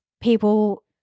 people